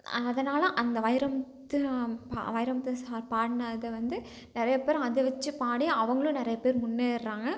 அதனால் அந்த வைரமுத்து பா வைரமுத்து சார் பாடினத வந்து நிறைய பேர் அதை வச்சு பாடி அவர்களும் நிறைய பேர் முன்னேற்கிறாங்க